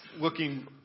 looking